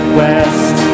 west